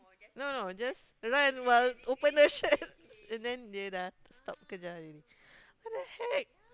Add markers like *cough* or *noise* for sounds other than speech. no no just run while open the shirt *laughs* and then dia sudah stop kejar already what the heck